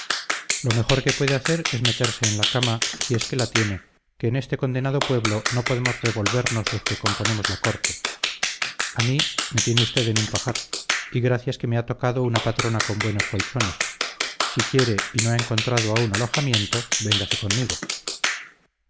lo mejor que puede hacer es meterse en la cama si es que la tiene que en este condenado pueblo no podemos revolvemos los que componemos la corte a mí me tiene usted en un pajar y gracias que me ha tocado una patrona con buenos colchones si quiere y no ha encontrado aún alojamiento véngase conmigo